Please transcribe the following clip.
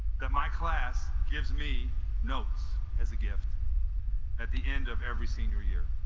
that my class gives me notes as a gift at the end of every senior year